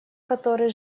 который